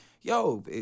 yo